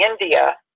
India